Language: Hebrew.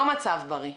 זה לא מצב בריא.